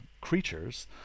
creatures